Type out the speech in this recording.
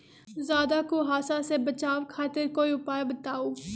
ज्यादा कुहासा से बचाव खातिर कोई उपाय बताऊ?